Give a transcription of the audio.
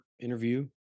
interview